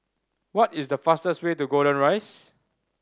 what is the fastest way to Golden Rise